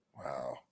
Wow